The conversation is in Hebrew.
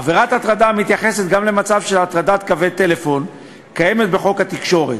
עבירת הטרדה המתייחסת גם למצב של הטרדת קווי טלפון קיימת בחוק התקשורת,